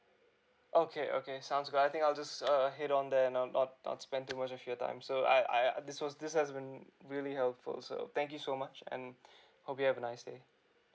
okay okay sounds good I think I'll just err head on then not not not spend too much of your time so I I this was this has been really helpful so thank you so much and hope you have a nice day